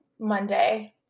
Monday